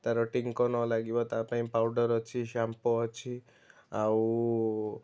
ତାର ଟିଙ୍କ ନ ଲାଗିବ ତା ପାଇଁ ପାଉଡ଼ର ଅଛି ସାମ୍ପୋ ଅଛି ଆଉ